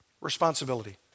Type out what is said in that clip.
Responsibility